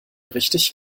richtig